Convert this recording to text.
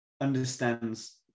understands